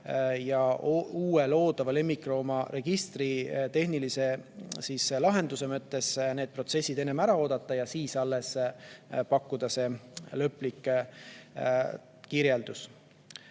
ja uue loodava lemmikloomaregistri tehnilise lahenduse mõttes mõistlik need protsessid enne ära lõpetada ja siis alles pakkuda lõplik kirjeldus.